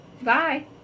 Bye